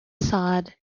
facade